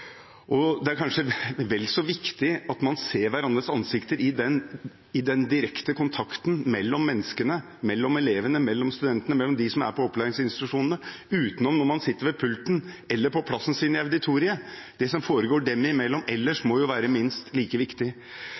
Det er kanskje vel så viktig at man ser hverandres ansikt i den direkte kontakten mellom menneskene, mellom elevene, mellom studentene, mellom dem som er på opplæringsinstitusjonene, som når man sitter ved pulten eller på plassen sin i auditoriet. Det som foregår dem imellom ellers, må være minst like viktig.